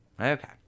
Okay